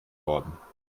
worden